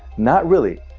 not really.